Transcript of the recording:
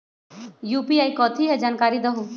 UPI कथी है? जानकारी दहु